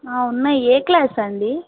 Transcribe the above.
ఉన్నాయి A class అండి